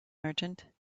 merchant